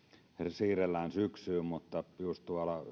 siirrellään syksyyn niin just